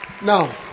Now